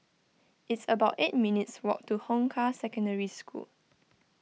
it's about eight minutes' walk to Hong Kah Secondary School